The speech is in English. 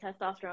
testosterone